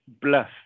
bluff